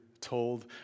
told